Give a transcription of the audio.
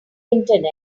internet